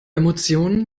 emotionen